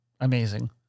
amazing